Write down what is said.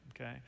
okay